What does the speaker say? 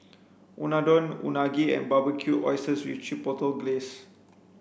Unadon Unagi and Barbecued Oysters with Chipotle Glaze